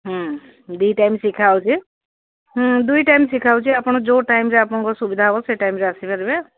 ହୁଁ ଦୁଇ ଟାଇମ୍ ଶିଖା ହେଉଛି ଦୁଇ ଟାଇମ୍ ଶିଖା ହେଉଛି ଆପଣ ଯୋଉ ଟାଇମରେ ଆପଣଙ୍କ ସୁବିଧା ହେବ ସେଇ ଟାଇମରେ ଆସିପାରିବେ